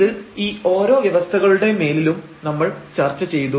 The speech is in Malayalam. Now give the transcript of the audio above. ഇത് ഈ ഓരോ വ്യവസ്ഥകളുടെ മേലിലും നമ്മൾ ചർച്ച ചെയ്തു